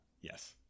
yes